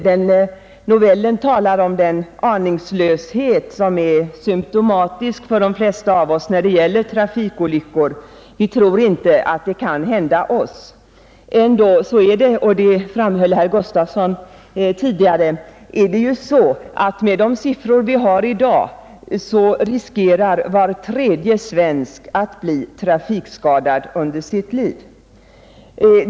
Den skildrar den aningslöshet som är symtomatisk för de flesta av oss när det gäller trafikolyckor — vi tror inte att det kan hända oss. Ändå riskerar — det framhöll herr Gustafson i Göteborg tidigare — var tredje svensk, med de siffror vi har i dag, att bli trafikskadad under sitt liv. Var tredje svensk.